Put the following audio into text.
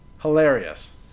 Hilarious